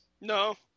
No